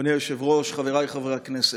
אדוני היושב-ראש, חבריי חברי הכנסת,